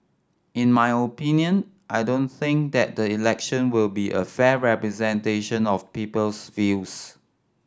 in my opinion I don't think that the election will be a fair representation of people's views